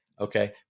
okay